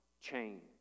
change